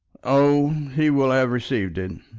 oh, he will have received it,